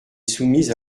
soumise